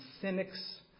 cynics